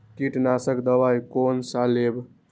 कीट नाशक दवाई कोन सा लेब?